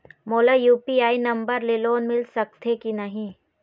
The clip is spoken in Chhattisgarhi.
मोला यू.पी.आई नंबर ले लोन मिल सकथे कि नहीं?